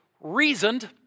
reasoned